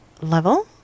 level